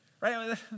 Right